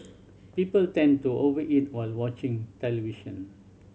people tend to over eat while watching television